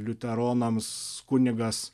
liuteronams kunigas